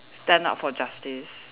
stand up for justice